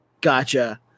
Gotcha